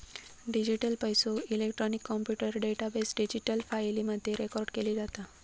digital पैसो, electronic computer database, digital फाईली मध्ये रेकॉर्ड केलो जाता